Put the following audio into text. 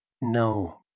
No